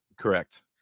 Correct